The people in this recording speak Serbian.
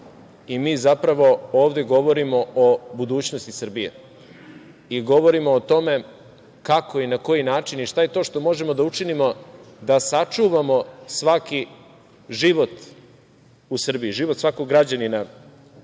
zapravo ovde govorimo o budućnosti Srbije i govorimo o tome kako i na koji način i šta je to što možemo da učinimo da sačuvamo svaki život u Srbiji, život svakog građanina